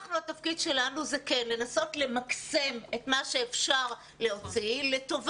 התפקיד שלנו הוא לנסות למקסם את מה שאפשר לטובת